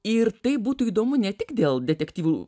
ir tai būtų įdomu ne tik dėl detektyvų